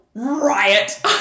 riot